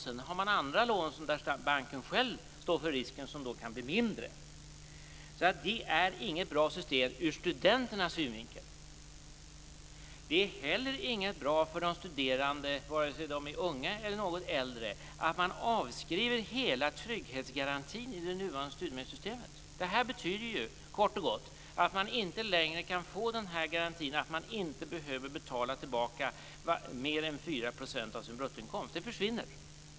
Sedan har man andra lån där banken själv står för risken, som då kan bli mindre. Det är alltså inte något bra system ur studenternas synvinkel. Det är heller inte bra för de studerande, vare sig de är unga eller något äldre, att man avskriver hela trygghetsgarantin i det nuvarande studiemedelssystemet. Det här betyder ju kort och gott att man inte längre kan få en garanti för att man inte behöver betala tillbaka mer än 4 % av sin bruttoinkomst. Det försvinner.